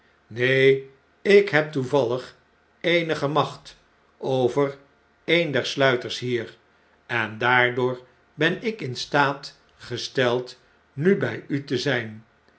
neen ik heb toevallig eenige macht over een der sluiters hier en daardoor ben ik in staat gesteld nu bjj u te zijn